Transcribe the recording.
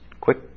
quick